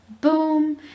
boom